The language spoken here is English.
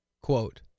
quote